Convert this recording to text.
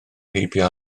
heibio